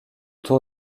tour